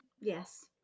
yes